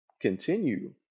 continue